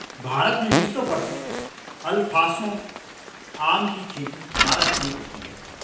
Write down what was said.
भारत में विश्व प्रसिद्ध अल्फांसो आम की खेती महाराष्ट्र में होती है